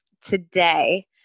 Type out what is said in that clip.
today